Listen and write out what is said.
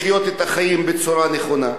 כדי לחיות את החיים בצורה נכונה.